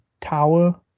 tower